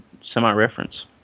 semi-reference